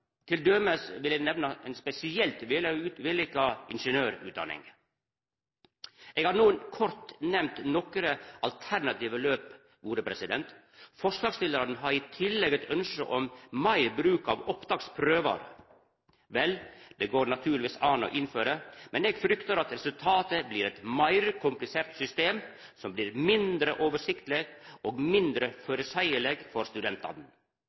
vil eg nemna ei spesielt vellukka ingeniørutdanning. Eg har no kort nemnt nokre alternative løp. Forslagsstillarane har i tillegg eit ønske om meir bruk av opptaksprøvar. Det går det naturlegvis an å innføre, men eg fryktar at resultatet blir eit meir komplisert system som blir mindre oversiktleg og mindre føreseieleg for studentane.